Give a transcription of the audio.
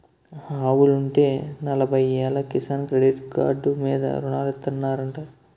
ఆవులుంటే నలబయ్యేలు Kisan credit card మీద రుణాలిత్తనారంటా